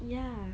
ya